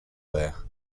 there